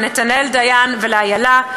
לנתנאל דיין ולאילה.